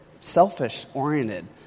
selfish-oriented